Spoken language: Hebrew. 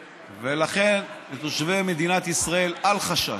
ולכן, תושבי מדינת ישראל, אל חשש: